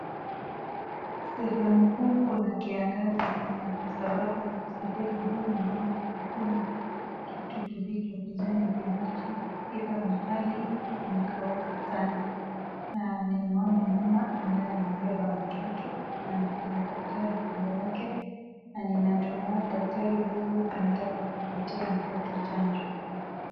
Sehemu huu kuna kiangazi sana kwa sababu sehemu huu naona hakuna kitu kilicho kijani kibichi. Kila mahali kume kauka sana na ninaona mama ambaye amebeba mtoto na kuna daktari kando yake na ninatumai daktari huyu anataka kupatia mtoto chanjo.